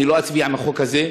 אני לא אצביע בעד החוק הזה,